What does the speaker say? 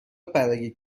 برای